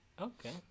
Okay